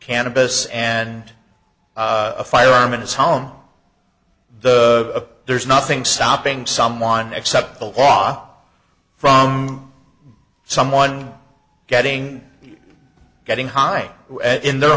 cannabis and a firearm in his home the there's nothing stopping someone except the law from someone getting getting high in their